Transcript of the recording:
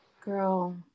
Girl